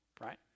right